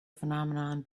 phenomenon